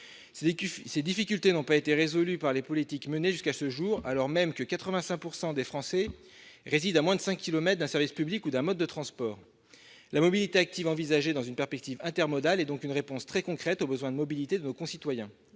Ces difficultés n'ont pas été résolues par les politiques menées jusqu'à ce jour, alors même que 85 % des Français résident à moins de cinq kilomètres d'un service public ou d'un mode de transport. La mobilité active, envisagée dans une perspective intermodale, est donc une réponse très concrète au besoin de mobilité de nos concitoyens.